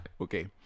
Okay